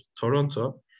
Toronto